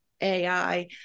AI